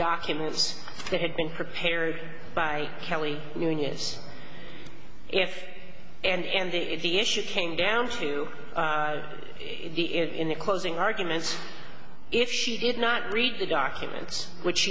documents that had been prepared by kelly unionise if and if the issue came down to in the closing argument if she did not read the documents which